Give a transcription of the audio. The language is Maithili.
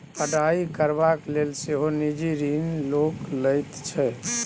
पढ़ाई करबाक लेल सेहो निजी ऋण लोक लैत छै